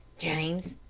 james,